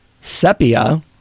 Sepia